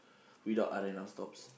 without R-and-R stops